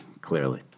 clearly